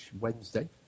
Wednesday